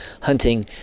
hunting